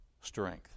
strength